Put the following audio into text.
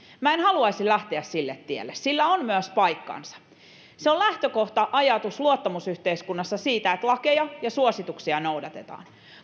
minä en haluaisi lähteä sille tielle sillä on myös paikkansa se on lähtökohta ajatus luottamusyhteiskunnassa siitä että lakeja ja suosituksia noudatetaan